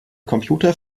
computer